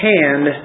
hand